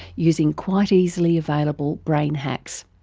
using quite easily available brain hacks.